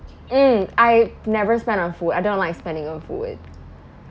mm I never spend on food I don't like spending on food